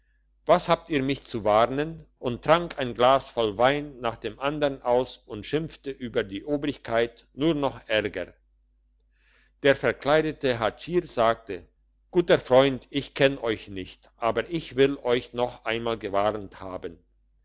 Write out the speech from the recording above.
was habt ihr mich zu warnen und trank ein glas voll wein nach dem andern aus und schimpfte über die obrigkeit nur noch ärger der verkleidete hatschier sagte guter freund ich kenn euch nicht aber ich will euch noch einmal gewarnt haben